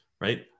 Right